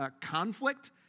conflict